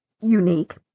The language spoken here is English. unique